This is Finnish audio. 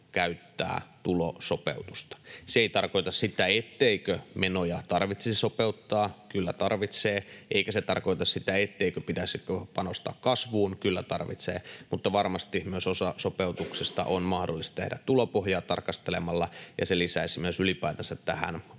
käyttää tulosopeutusta. Se ei tarkoita sitä, etteikö menoja tarvitsisi sopeuttaa, kyllä tarvitsee, eikä se tarkoita sitä, etteikö pitäisi panostaa kasvuun, kyllä tarvitsee, mutta varmasti myös osa sopeutuksesta on mahdollista tehdä tulopohjaa tarkastelemalla, ja se lisäisi myös ylipäätänsä tähän